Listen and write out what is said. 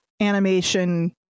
animation